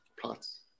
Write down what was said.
Plots